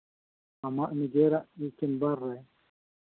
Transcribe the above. ᱟᱢᱟᱜ ᱱᱤᱡᱮᱨᱟᱜ ᱪᱮᱢᱵᱟᱨ ᱨᱮ